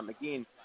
Again